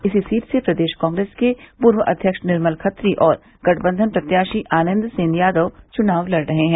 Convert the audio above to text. इसी सीट से प्रदेश कांग्रेस के पूर्व अध्यक्ष निर्मल खत्री और गठबंधन प्रत्याशी आनन्द सेन यादव च्नाव लड़ रहे हैं